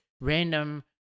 random